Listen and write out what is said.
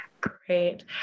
Great